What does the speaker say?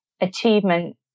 achievement